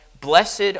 Blessed